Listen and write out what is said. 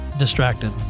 Distracted